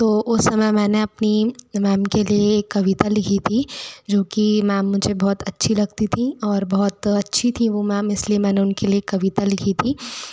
तो उस समय मैंने अपनी मैम के लिए एक कविता लिखी थी जो कि मैम मुझे बहुत अच्छी लगती थीं और बहुत अच्छी थी वह मैम इसलिए मैंने उनके लिए एक कविता लिखी थी